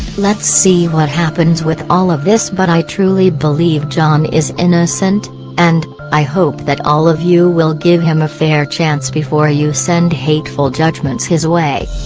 let's see what happens with all of this but i truly believe jon is innocent and i hope that all of you will give him a fair chance before you send hateful judgements his way.